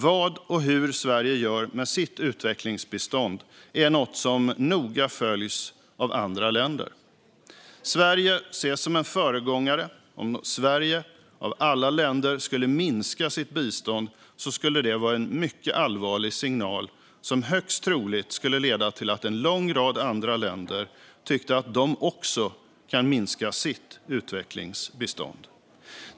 Vad och hur Sverige gör med sitt utvecklingsbistånd är något som följs noga av andra länder. Sverige ses som en föregångare, och om Sverige av alla länder skulle minska sitt bistånd skulle det vara en mycket allvarlig signal som högst troligt skulle leda till att en lång rad andra länder tycker att de också kan minska sitt utvecklingsbistånd.